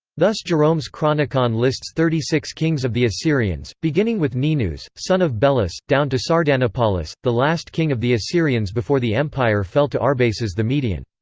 thus jerome's chronicon lists thirty six kings of the assyrians, beginning with ninus, son of belus, down to sardanapalus, the last king of the assyrians before the empire fell to arbaces the median.